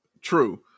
True